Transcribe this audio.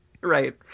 Right